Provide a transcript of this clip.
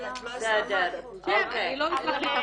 אני לא אזרחית,